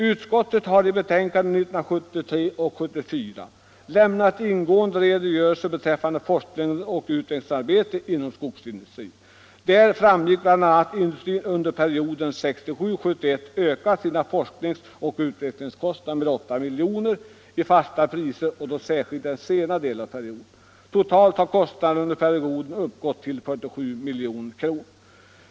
Utskottet har i betänkanden 1973 och 1974 lämnat ingående redogörelser för forskningsoch utvecklingsarbetet inom skogsindustrin. Av dessa framgick bl.a. att industrin under perioden 1967-1971 ökat sina forsk ningsoch utvecklingskostnader med 8 milj.kr. i fasta priser, och särskilt då under den senare delen av perioden. Totalt har kostnaderna under perioden uppgått till 47 milj.kr.